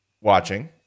watching